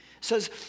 says